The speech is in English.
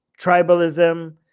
tribalism